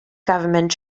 government